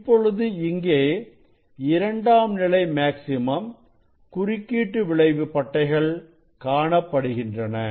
இப்பொழுது இங்கே இரண்டாம் நிலை மேக்ஸிமம் குறுக்கீட்டு விளைவு பட்டைகள் காணப்படுகின்றன